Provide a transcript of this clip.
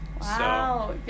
Wow